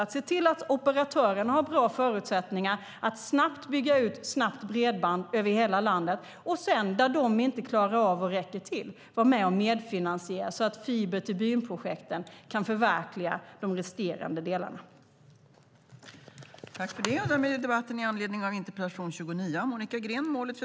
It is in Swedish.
Vi ska se till att operatörerna har bra förutsättningar att snabbt bygga ut snabbt bredband över hela landet och att där det inte räcker till vara med och medfinansiera så att fiber-till-byn-projekten kan förverkligas i de resterande delarna. Härmed var överläggningen avslutad.